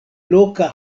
loka